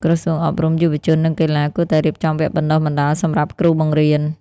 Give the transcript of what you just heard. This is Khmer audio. ក្រសួងអប់រំ យុវជន និងកីឡា គួរតែរៀបចំវគ្គបណ្តុះបណ្តាលសម្រាប់គ្រូបង្រៀន។